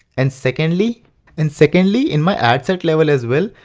and secondly and secondly in my ad set level as well,